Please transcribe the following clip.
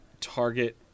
Target